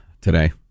today